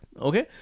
Okay